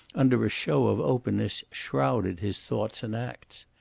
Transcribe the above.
under a show of openness, shrouded his thoughts and acts.